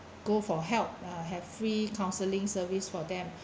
go for help uh have free counselling services for them